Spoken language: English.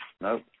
Nope